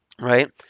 right